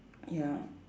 ya